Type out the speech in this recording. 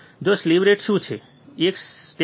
તો sleeve rate શું છે